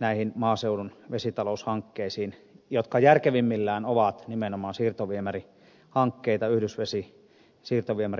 näihin maaseudun vesitaloushankkeisiin jotka järkevimmillään ovat nimenomaan siirtoviemärihankkeita yhdysvesisiirtoviemärihankkeita